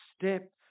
step